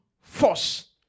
force